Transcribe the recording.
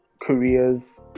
careers